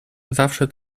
zawsze